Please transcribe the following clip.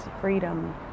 freedom